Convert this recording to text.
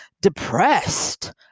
depressed